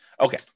Okay